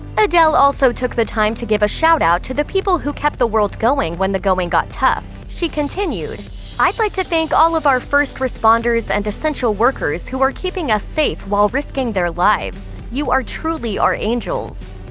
adele also took the time to give a shout-out to the people who kept the world going when the going got tough. she continued i'd like to thank all of our first responders and essential workers who are keeping us safe while risking their lives. you are truly our angels.